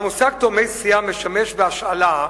"המושג "תאומי סיאם" משמש בהשאלה,